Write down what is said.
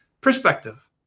perspective